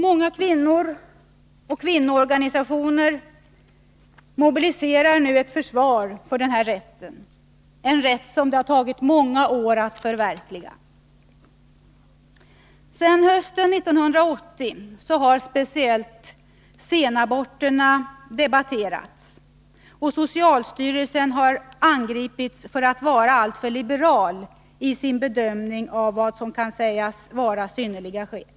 Många kvinnor och kvinnoorganisationer mobiliserar nu ett försvar för denna rätt, en rätt som det har tagit många år att förverkliga. Sedan hösten 1980 har speciellt senaborterna debatterats, och socialstyrelsen har angripits för att den har varit alltför liberal i sin bedömning av vad som kan sägas vara ”synnerliga skäl”.